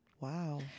Wow